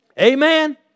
Amen